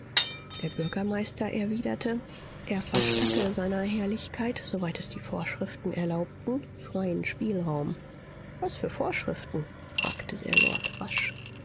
der bürgermeister erwiderte er verstatte seiner herrlichkeit soweit es die vorschriften erlaubten freien spielraum was für vorschriften fragte der lord rasch